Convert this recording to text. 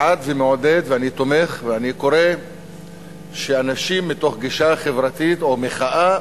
בעד ומעודד ואני תומך ואני קורא לאנשים שמתוך גישה חברתית או מחאה